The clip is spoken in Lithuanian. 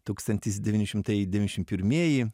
tūkstantis devyni šimtai devyniasdešim pirmieji